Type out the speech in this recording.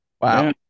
Wow